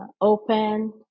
open